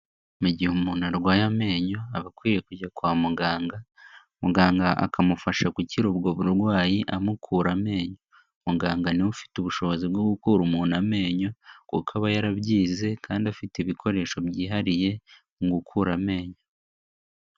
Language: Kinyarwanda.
Mu gihe umuntu arwaye amenyo, aba akwiye kujya kwa muganga, muganga akamufasha gukira ubwo burwayi, amukura amenyo. Muganga niwe ufite ubushobozi bwo gukura umuntu amenyo, kuko aba yarabyize kandi afite ibikoresho byihariye, mu gukura amenyo.